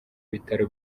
bitaro